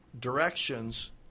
directions